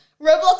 Roblox